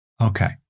Okay